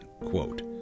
quote